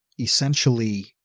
essentially